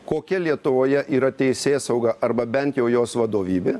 kokia lietuvoje yra teisėsauga arba bent jau jos vadovybė